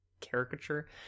caricature